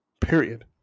Period